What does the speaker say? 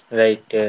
right